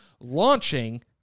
launching